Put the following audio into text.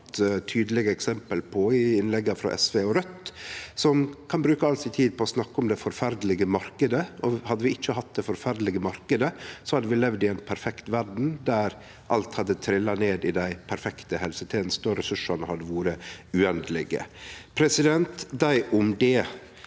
tydelege eksempel på i innlegga frå SV og Raudt, som kan bruke all tida si på å snakke om den forferdelege marknaden. Hadde vi ikkje hatt den forferdelege marknaden, hadde vi levd i ei perfekt verd der alt hadde trilla ned i dei perfekte helsetenestene, og ressursane hadde vore uendelege. Dei om det.